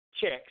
checks